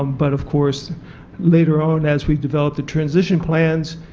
um but of course later on as we develop the transition plans,